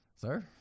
Sir